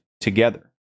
together